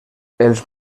els